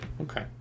Okay